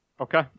Okay